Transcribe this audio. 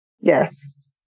Yes